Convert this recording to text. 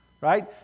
right